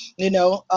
you know? ah